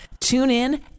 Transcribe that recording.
TuneIn